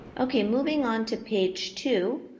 okay, moving on to page two,